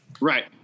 right